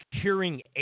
curing